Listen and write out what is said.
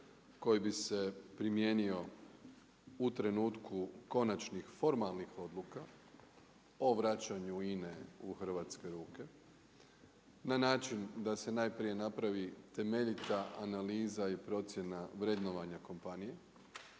koji bi se primijenio u trenutku konačnih formalnih odluka o vraćanju INA-e u hrvatske ruke na način da se najprije napravi temeljita analiza i procjena vrednovanja kompanije,